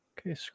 Okay